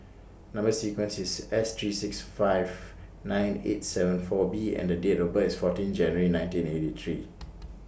Number sequence IS S three six five nine eight seven four B and The Date of birth IS fourteen January nineteen eighty three